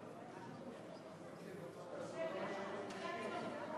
הודעה לסגן מזכירת הכנסת.